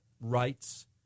rights